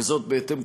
וזאת בהתאם,